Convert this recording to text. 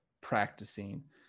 practicing